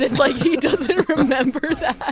like, he doesn't remember that